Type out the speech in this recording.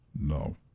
No